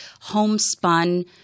homespun